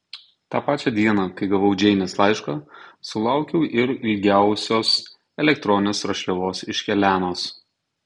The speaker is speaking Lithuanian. tą pačią dieną kai gavau džeinės laišką sulaukiau ir ilgiausios elektroninės rašliavos iš helenos